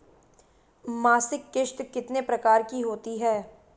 मासिक किश्त कितने प्रकार की होती है?